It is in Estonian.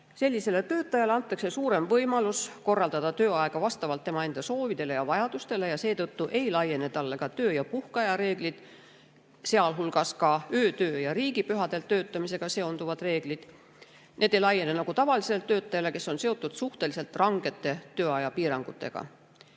Sellisele inimesele antakse suurem võimalus korraldada tööaega vastavalt enda soovidele ja vajadustele ja seetõttu ei laiene talle ka töö- ja puhkeaja reeglid, sealhulgas öötöö ja riigipühadel töötamisega seonduvad reeglid. Need ei talle ei laiene. Tavaline töötaja aga on seotud suhteliselt rangete tööajapiirangutega. Kõik